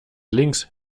links